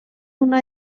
una